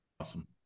awesome